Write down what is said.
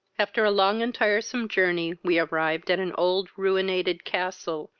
after a long and tiresome journey, we arrived at an old ruinated castle,